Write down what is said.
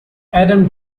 adam